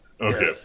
Okay